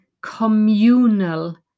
communal